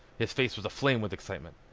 his face was aflame with excitement.